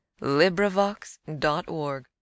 LibriVox.org